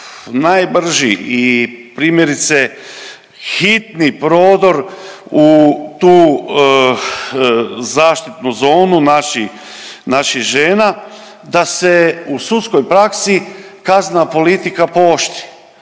najbrži i primjerice hitni prodor u tu zaštitnu zonu naših, naših žena da se u sudskoj praksi kaznena politika pooštri.